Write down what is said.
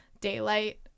daylight